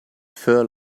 fur